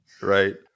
Right